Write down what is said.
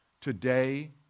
Today